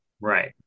right